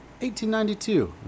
1892